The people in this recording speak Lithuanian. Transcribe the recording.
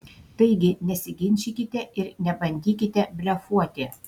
taigi nesiginčykite ir nebandykite blefuoti